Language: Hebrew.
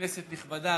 כנסת נכבדה,